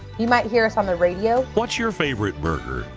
you might hear us on the radio. what's your favorite burger?